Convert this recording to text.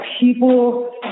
people